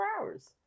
hours